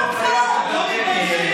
תתבייש אתה.